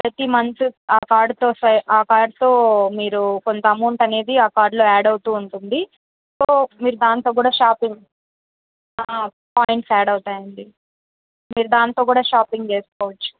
ప్రతీ మంత్ ఆ కార్డుతో స్వై ఆ కార్డుతో మీరు కొంత అమౌంట్ అనేది ఆ కార్డులో యాడ్ అవుతూ ఉంటుంది సో మీరు దాంతో కూడా షాపింగ్ పాయింట్స్ యాడ్ అవుతాయండీ మీరు దాంతో కూడా షాపింగ్ చేసుకోవచ్చు